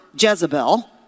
Jezebel